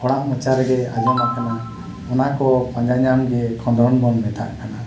ᱦᱚᱲᱟᱜ ᱢᱚᱪᱟ ᱨᱮᱜᱮ ᱟᱸᱡᱚᱢ ᱟᱠᱟᱱᱟ ᱚᱱᱟᱠᱚ ᱯᱟᱡᱟᱸ ᱧᱟᱢᱜᱮ ᱠᱷᱚᱸᱫᱽᱨᱚᱸᱫᱽ ᱵᱚᱱ ᱢᱮᱛᱟᱜ ᱠᱟᱱᱟ